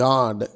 God